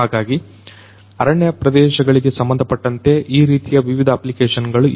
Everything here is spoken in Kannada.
ಹಾಗಾಗಿ ಅರಣ್ಯ ಪ್ರದೇಶ ಗಳಿಗೆ ಸಂಬಂಧಪಟ್ಟಂತೆ ಈ ರೀತಿಯ ವಿವಿಧ ಅಪ್ಲಿಕೇಶನ್ ಗಳು ಇವೆ